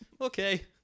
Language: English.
Okay